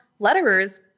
letterers